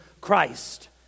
Christ